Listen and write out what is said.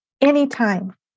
Anytime